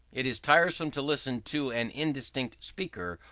it is tiresome to listen to an indistinct speaker,